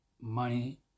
money